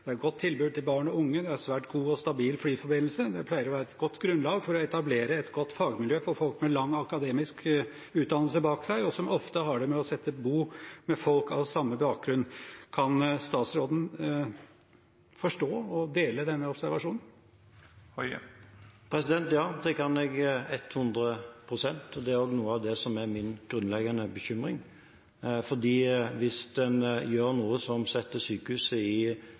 unge. Det er en svært god og stabil flyforbindelse, og det pleier å være et godt grunnlag for å etablere et godt fagmiljø for folk med lang akademisk utdannelse bak seg, og som ofte har det med å sette bo med folk av samme bakgrunn. Kan statsråden forstå og dele denne observasjonen? Ja, det kan jeg ett hundre prosent. Det er også noe av det som er min grunnleggende bekymring, for hvis en gjør noe som setter sykehuset i Hammerfest i fare, f.eks. gjennom å skape en forventning om at det nye sykehuset kommer i